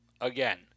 Again